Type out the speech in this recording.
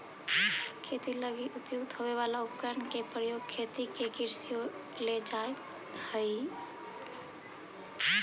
खेती लगी उपयुक्त होवे वाला उपकरण के प्रयोग खेती के ई कृषि के ओर ले जाइत हइ